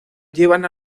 llevan